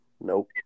Nope